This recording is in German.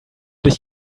dich